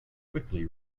quickly